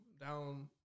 down